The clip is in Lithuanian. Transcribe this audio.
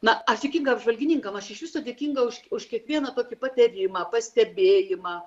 na aš dėkinga apžvalgininkam aš iš viso dėkinga už už kiekvieną tokį patyrimą pastebėjimą